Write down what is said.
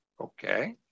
Okay